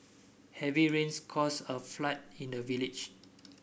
heavy rains caused a flood in the village